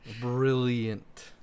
Brilliant